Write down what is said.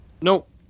nope